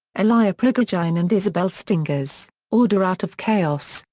ilya prigogine and and isabelle stengers, order out of chaos,